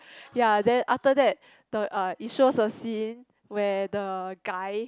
ya then after that the uh it shows a scene where the guy